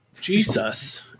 Jesus